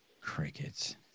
Crickets